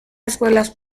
escuelas